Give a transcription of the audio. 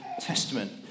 Testament